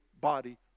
body